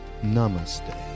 Namaste